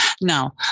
Now